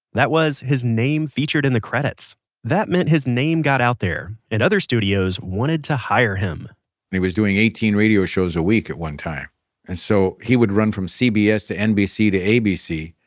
that was his name featured in the credits that meant his name got out there, and other studios wanted to hire him and he was doing eighteen radio shows a week at one time. and so he would run from cbs to nbc to abc,